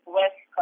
west